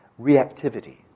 reactivity